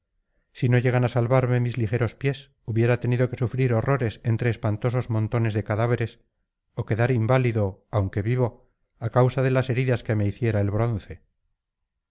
si no llegan á salvarme mis ligeros pies hubiera tenido que sufrir horrores entre espantosos montones de cadáveres ó quedar inválido aunque vivo á causa de las heridas que me hiciera el bronce